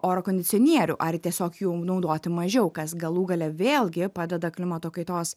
oro kondicionierių ar tiesiog jų naudoti mažiau kas galų gale vėlgi padeda klimato kaitos